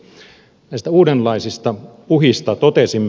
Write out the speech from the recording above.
näistä uudenlaisista uhista totesimme